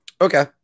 Okay